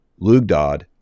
Lugdod